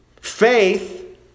Faith